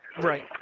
Right